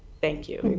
thank you?